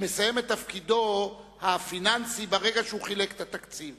מסיים את תפקידו הפיננסי ברגע שהוא חילק את התקציב.